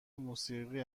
موسیقی